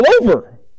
over